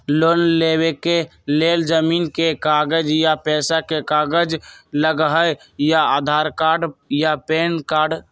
Loan लेवेके लेल जमीन के कागज या पेशा के कागज लगहई या आधार कार्ड या पेन कार्ड?